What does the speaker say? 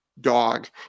dog